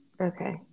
Okay